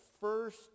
first